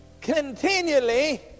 continually